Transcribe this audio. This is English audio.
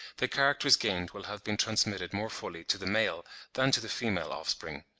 the characters gained will have been transmitted more fully to the male than to the female offspring.